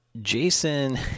Jason